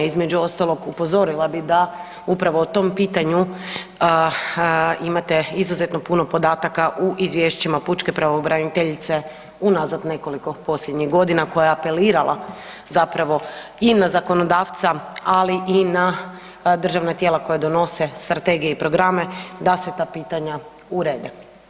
Između ostalog upozorila bih da upravo o tom pitanju imate izuzetno puno podataka u izvješćima Pučke pravobraniteljice unazad nekoliko posljednjih godina koja je apelirala zapravo i na zakonodavca, ali i na državna tijela koja donose strategije i programe da se ta pitanja urede.